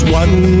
one